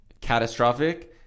Catastrophic